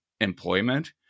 employment